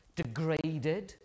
degraded